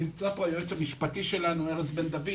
נמצא גם היועץ המשפטי שלנו ארז בן דוד.